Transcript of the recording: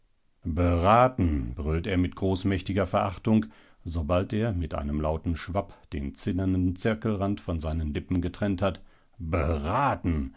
beraten brüllt er mit großmächtiger verachtung sobald er mit einem lauten schwapp den zinnernen zirkelrand von seinen lippen getrennt hat beraten